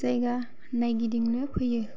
जायगा नायगिदिंनो फैयो